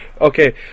Okay